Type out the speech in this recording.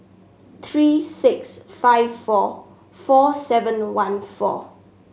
three six five four four seven one four